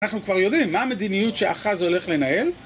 אנחנו כבר יודעים מה המדיניות שאחז הולך לנהל.